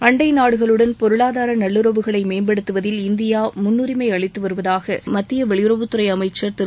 அண்டை நாடுகளுடன் பொருளாதார நல்லுறவைகளை மேம்படுத்துவதில் இந்தியா முன்னுரிமை அளித்து வருவதாக மத்திய வெளியுறவுத்துறை அமைச்சர் திரு